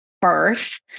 birth